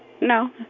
No